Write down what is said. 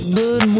good